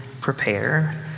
prepare